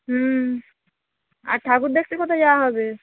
হুম আর ঠাকুর দেখতে কোথায় যাওয়া হবে